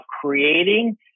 creating